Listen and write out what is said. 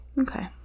Okay